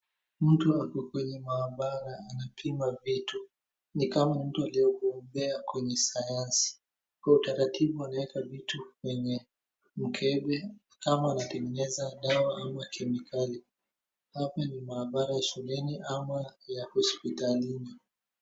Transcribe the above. Mtu ako kwenye maabara anapima vitu. Ni kama mtu aliyebobea kwenye sayansi. Kwa utaratibu anaeka vitu kwenye mkebe, ni kama anatengeneza dawa ama kemikali. Hapa ni maabara shuleni ama ya hospitalini.